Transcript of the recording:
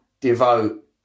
devote